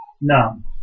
No